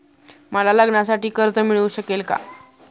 मला लग्नासाठी कर्ज मिळू शकेल का?